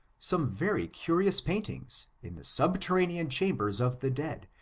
some very curious paintings, in the subterranean chambers of the dead,